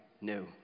No